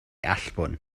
allbwn